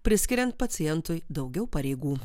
priskiriant pacientui daugiau pareigų